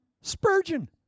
Spurgeon